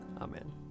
Amen